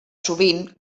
sovint